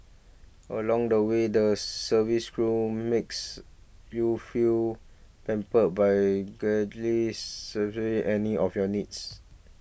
along the way the service crew makes you feel pampered by gladly surgery any of your needs